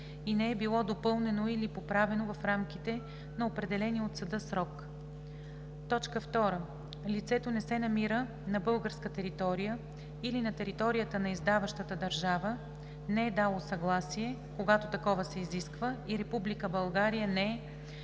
и не е било допълнено или поправено в рамките на определения от съда срок; 2. лицето не се намира на българска територия или на територията на издаващата държава, не е дало съгласие, когато такова се изисква, и Република